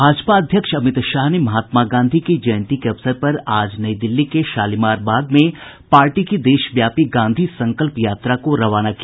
भाजपा अध्यक्ष अमित शाह ने महात्मा गांधी की जयंती के अवसर पर आज नई दिल्ली के शालीमार बाग में पार्टी की देशव्यापी गांधी संकल्प यात्रा को रवाना किया